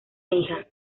hija